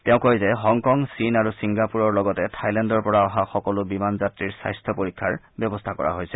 তেওঁ কয় যে হংকং চীন আৰু ছিংগাপুৰৰ লগতে থাইলেণ্ডৰ পৰা অহা সকলো বিমান যাত্ৰীৰ স্বাস্থ্য পৰীক্ষাৰ ব্যৱস্থা কৰা হৈছে